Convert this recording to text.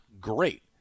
great